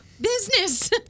business